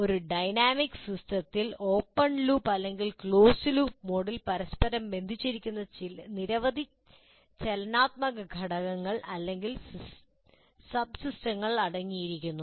ഒരു ഡൈനാമിക് സിസ്റ്റത്തിൽ open loop അല്ലെങ്കിൽ ക്ലോസ്ഡ് ലൂപ്പ് മോഡിൽ പരസ്പരം ബന്ധിപ്പിച്ചിരിക്കുന്ന നിരവധി ചലനാത്മക ഘടകങ്ങൾ അല്ലെങ്കിൽ സബ്സിസ്റ്റങ്ങൾ അടങ്ങിയിരിക്കുന്നു